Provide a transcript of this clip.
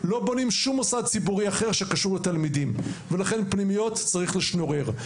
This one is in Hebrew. לא בונים שום מוסד ציבורי אחר שקשור לתלמידים ולכן פנימיות צריך לשנורר.